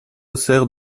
sert